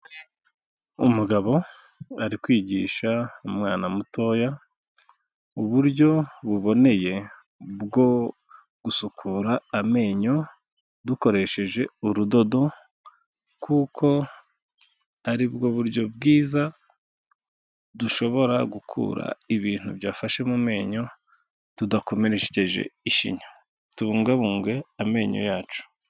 Umugabo ari kwigisha umwana mutoya uburyo buboneye bwo gusukura amenyo dukoresheje urudodo, kuko ari bwo buryo bwiza dushobora gukura ibintu byafashe mu menyo tudakomerekeje ishinya. Tubungabuge amenyo yacu.